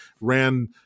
ran